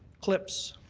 clips,